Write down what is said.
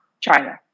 China